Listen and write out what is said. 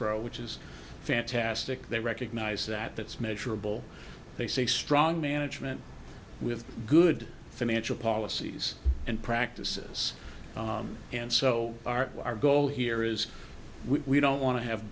boro which is fantastic they recognize that that's measurable they say strong management with good financial policies and practices and so our goal here is we don't want to have